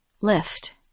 lift